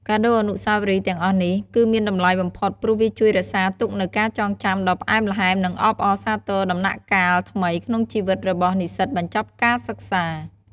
កាដូអនុស្សាវរីយ៍ទាំងអស់នេះ គឺមានតម្លៃបំផុតព្រោះវាជួយរក្សាទុកនូវការចងចាំដ៏ផ្អែមល្ហែម និងអបអរសាទរដំណាក់កាលថ្មីក្នុងជីវិតរបស់និស្សិតបញ្ចប់ការសិក្សា។